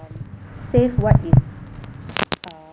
save what is uh